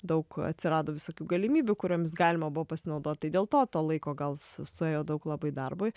daug atsirado visokių galimybių kuriomis galima buvo pasinaudot tai dėl to to laiko gal s suėjo daug labai darbui